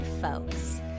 Folks